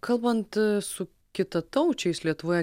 kalbant su kitataučiais lietuvoje